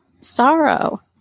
sorrow